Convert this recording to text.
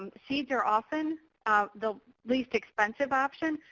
um seeds are often the least expensive option,